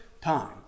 time